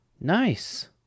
Nice